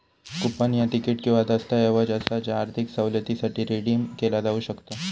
coupon ह्या ticket किंवा दस्तऐवज असा ज्या आर्थिक सवलतीसाठी रिडीम केला जाऊ शकता